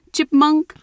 Chipmunk